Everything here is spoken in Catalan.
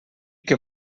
que